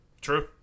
True